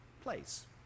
place